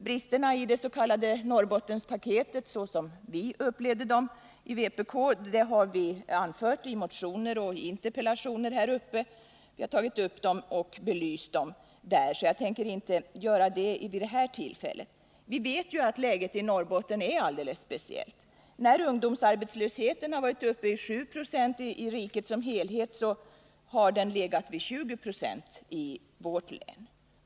Bristerna i det s.k. Norrbottenpaketet, som vi i vpk uppfattat dem, har beskrivits i motioner och interpellationer, varför jag inte tänker ta upp dem vid det här tillfället. Vi vet ju att läget i Norrbotten är alldeles speciellt. När den genomsnittliga ungdomsarbetslösheten i riket har varit uppe i 7 96 har den legat vid 20 96 i vårt län.